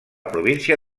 província